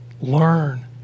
learn